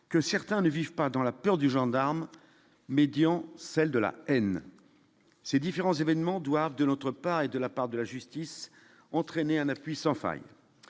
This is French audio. que certains ne vivent pas dans la peur du gendarme médian, celle de la haine, ces différents événements doivent de notre part et de la part de la justice, entraîné un appui sans faille,